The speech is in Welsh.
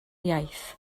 iaith